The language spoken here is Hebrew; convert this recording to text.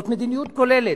זו מדיניות כוללת.